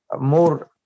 more